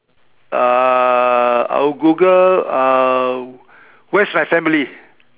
uh I will Google um where's my family